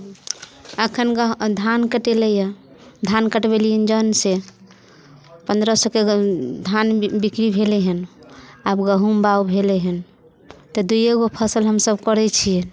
अखन धान कटैले है धान कटबेलियै जौन सॅं पन्द्रह सएके धान बिक्री भेलै हेँ आब गहूॅंम बाग भेलै हेँ तऽ दूइयेगो फसल हम सभ करै छियै